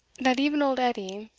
that even old edie,